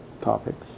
topics